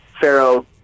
Pharaoh